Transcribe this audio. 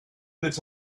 that